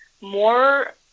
more